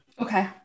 okay